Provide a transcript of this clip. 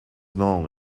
known